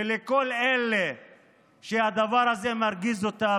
ולכל אלה שהדבר הזה מרגיז אותם,